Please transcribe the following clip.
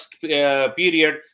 period